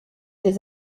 des